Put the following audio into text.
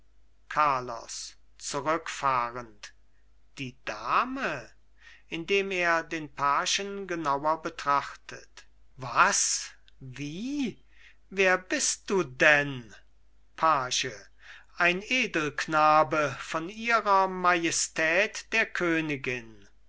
carlos zurückfahrend die dame indem er den pagen genauer betrachtet was wie wer bist du denn page ein edelknabe von ihrer majestät der königin